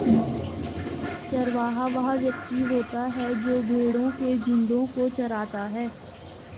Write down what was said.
चरवाहा वह व्यक्ति होता है जो भेड़ों के झुंडों को चराता है